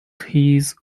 his